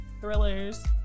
thrillers